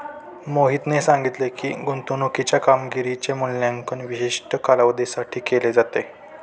मोहितने सांगितले की, गुंतवणूकीच्या कामगिरीचे मूल्यांकन विशिष्ट कालावधीसाठी केले जाते